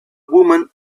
woman